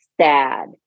sad